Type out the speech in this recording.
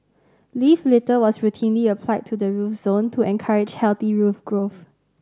leaf litter was routinely applied to the root zone to encourage healthy root growth